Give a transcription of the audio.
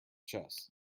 chess